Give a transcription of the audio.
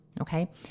Okay